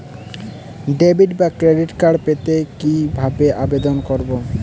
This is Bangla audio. ডেবিট বা ক্রেডিট কার্ড পেতে কি ভাবে আবেদন করব?